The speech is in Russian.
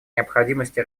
необходимости